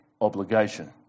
obligation